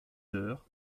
heures